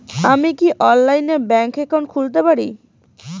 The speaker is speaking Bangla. আমি কি অনলাইনে ব্যাংক একাউন্ট খুলতে পারি?